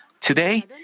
Today